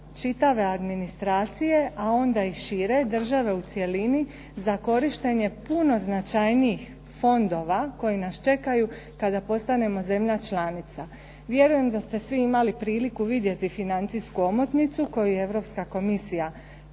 čitave administracije, a onda i šire, države u cjelini, za korištenje puno značajnijih fondova koji nas čekaju kada postanemo zemlja članica. Vjerujem da ste svi imali priliku vidjeti financijsku omotnicu koju je Europska komisija